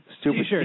Stupid